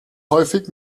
häufig